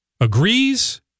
agrees